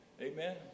Amen